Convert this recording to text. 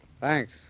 Thanks